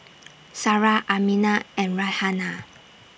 Sarah Aminah and Raihana